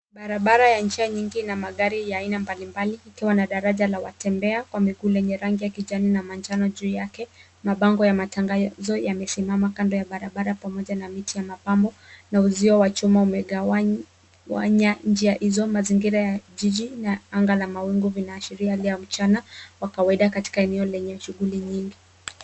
Barabara ya njia nyingi na magari ya aina mbali mbali. Kikiwa na daraja la watembea, kwa mikule ya rangi ya kijani na manjano juu yake. Mabango ya matangazo yamesimama kando ya barabara pamoja na miti ya mapamu. Uzio wa chuma umegawanya njia hizo kutoka mazingira ya jiji, na anga la mawingu vinaashiria hali ya mchana. Wakaweka katika eneo lenye shughuli nyingi.